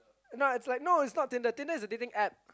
no it's not Tinder is like a dating App